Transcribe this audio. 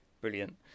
Brilliant